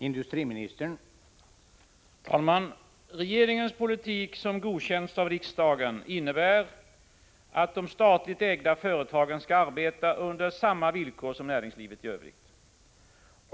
Herr talman! Regeringens politik, som godkänts av riksdagen, innebär att de statligt ägda företagen skall arbeta på samma villkor som näringslivet i övrigt.